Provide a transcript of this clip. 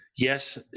Yes